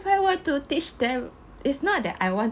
if I were to teach them it's not that I want